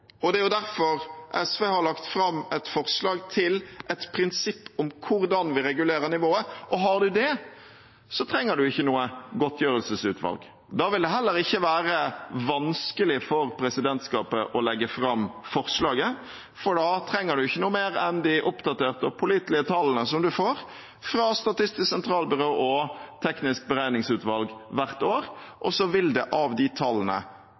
og det er derfor SV har lagt fram et forslag til et prinsipp om hvordan vi regulerer nivået. Har vi det, trenger vi heller ikke noe godtgjørelsesutvalg. Da vil det heller ikke være vanskelig for presidentskapet å legge fram forslaget, for da trenger man ikke noe mer enn de oppdaterte og pålitelige tallene som man får fra Statistisk sentralbyrå og Teknisk beregningsutvalg hvert år, og så vil det av de tallene